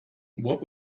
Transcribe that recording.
what